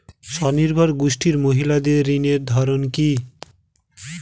স্বনির্ভর গোষ্ঠীর মহিলাদের ঋণের ধরন কি?